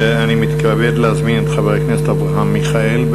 אני מתכבד להזמין את חבר הכנסת אברהם מיכאלי,